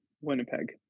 Winnipeg